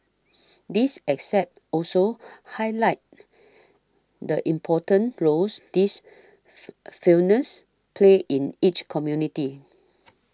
these except also highlight the important roles these felines play in each community